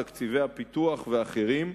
תקציבי הפיתוח ואחרים,